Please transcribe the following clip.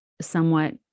somewhat